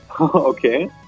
Okay